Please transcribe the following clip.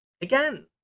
again